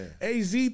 AZ